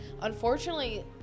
Unfortunately